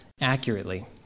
accurately